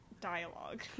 dialogue